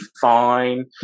fine